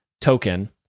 token